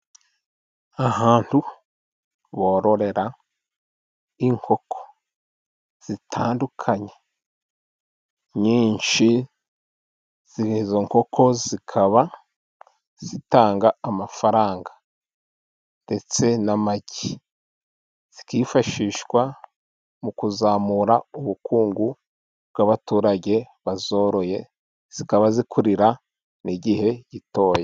Ahantu bororera inkoko zitandukanye nyinshi, izi nkoko zikaba zitanga amafaranga ndetse n'amagi, zikifashishwa mu kuzamura ubukungu bw'abaturage bazoroye, zikaba zikurira igihe gitoya.